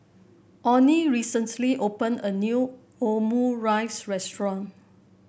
Oney recently open a new Omurice restaurant